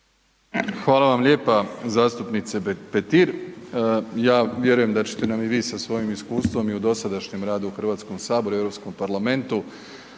Hvala vam lijepa. Zastupnice Petir. Ja vjerujem da ćete nam i vi sa svojim iskustvom i u dosadašnjem radu u HS-u i u Europskom parlamentu